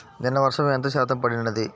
నిన్న వర్షము ఎంత శాతము పడినది?